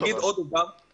אני אומר עוד דבר.